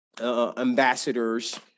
Ambassadors